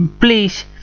please